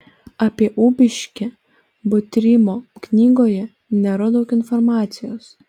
apie ubiškę butrimo knygoje nėra daug informacijos